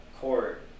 court